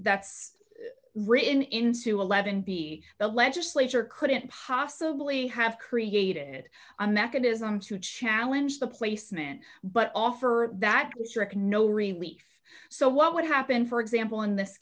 that's written into eleven b the legislature couldn't possibly have created a mechanism to challenge the placement but offer that nd no relief so what would happen for example in this